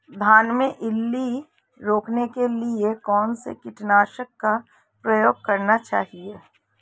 धान में इल्ली रोकने के लिए कौनसे कीटनाशक का प्रयोग करना चाहिए?